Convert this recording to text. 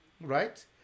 right